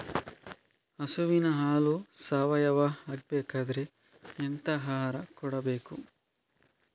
ಹಸುವಿನ ಹಾಲು ಸಾವಯಾವ ಆಗ್ಬೇಕಾದ್ರೆ ಎಂತ ಆಹಾರ ಕೊಡಬೇಕು?